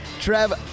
Trev